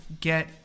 get